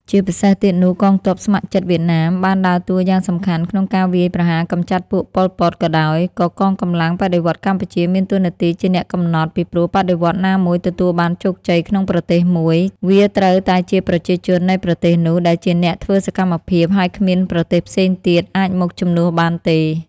ជាពិសេសទៀតនោះកងទ័ពស្ម័គ្រចិត្តវៀតណាមបានដើរតួរយ៉ាងសំខាន់ក្នុងការវាយប្រហារកំចាត់ពួក ប៉ុល ពត ក៏ដោយ ក៏កងកម្លាំងបដិវត្តន៍កម្ពុជា មានតួរនាទីជាអ្នកកំណត់ ពីព្រោះបដិវត្តន៍ណាមួយទទួលបានជោគជ័យក្នុងប្រទេសមួយ វាត្រូវតែជាប្រជាជននៃប្រទេសនោះ ដែលជាអ្នកធ្វើសកម្មភាព ហើយគ្មានប្រទេសផ្សេងទៀតអាចមក ជំនួសបានទេ។